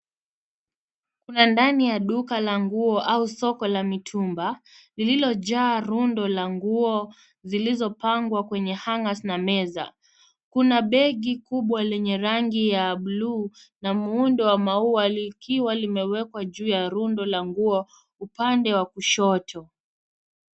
Kuna ndani ya duka la nguo au soko la mitumba lilojaa rundo la nguo zilizopangwa kwenye hangers na meza. Kuna begi kubwa lenye rangi ya buluu na muundo wa maua likiwa limewekwa juu ya rundo la nguo upande wa kushoto.